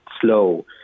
slow